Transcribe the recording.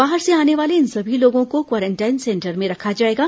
बाहर से आने वाले इन सभी लोगों को क्वारेंटाइन सेंटर में रखा जाएगा